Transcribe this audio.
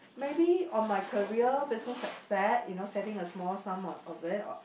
maybe on my career business aspect you know setting a sum of of it or